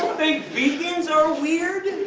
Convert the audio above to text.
think vegans are weird!